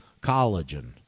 collagen